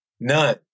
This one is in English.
none